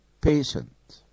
patient